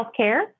Healthcare